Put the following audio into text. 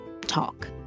talk